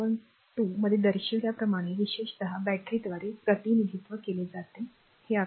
२ मध्ये दर्शविल्याप्रमाणे विशेषत बॅटरीद्वारे प्रतिनिधित्व केले जातेहे आकृती 1